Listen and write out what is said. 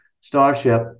Starship